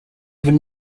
even